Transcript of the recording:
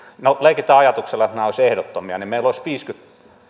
no jos leikitään ajatuksella että nämä olisivat ehdottomia niin meillä olisi ehkä viisikymmentä